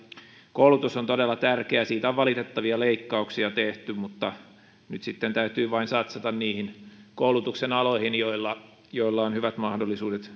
koulutus on todella tärkeää siitä on valitettavia leikkauksia tehty mutta nyt sitten täytyy vain satsata niihin koulutuksen aloihin joilla joilla on on hyvät mahdollisuudet